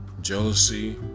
jealousy